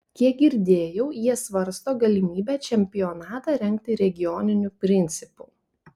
kiek girdėjau jie svarsto galimybę čempionatą rengti regioniniu principu